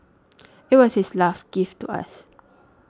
it was his last gift to us